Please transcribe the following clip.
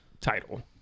title